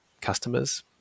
customers